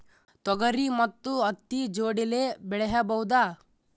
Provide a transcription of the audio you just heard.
ತೊಗರಿ ಮತ್ತು ಹತ್ತಿ ಜೋಡಿಲೇ ಬೆಳೆಯಬಹುದಾ?